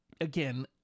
again